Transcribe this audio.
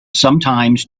sometimes